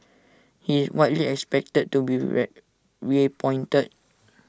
he is widely expected to be red reappointed